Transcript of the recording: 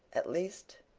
at least,